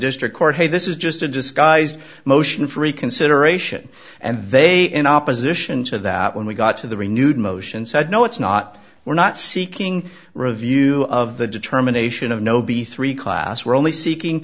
district court hey this is just a disguised motion for reconsideration and they in opposition to that when we got to the renewed motion said no it's not we're not seeking review of the determination of no b three class we're only seeking